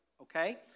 Okay